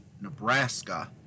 Nebraska